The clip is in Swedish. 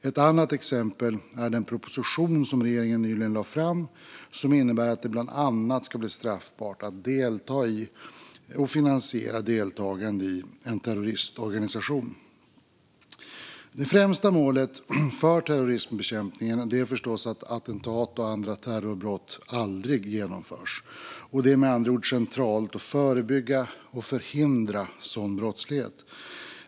Ett annat exempel är den proposition som regeringen nyligen lade fram och som innebär att det bland annat ska bli straffbart att delta i och finansiera deltagande i en terroristorganisation. Det främsta målet för terrorismbekämpningen är förstås att attentat och andra terrorbrott aldrig genomförs. Det är med andra ord centralt att förebygga och förhindra sådan brottslighet.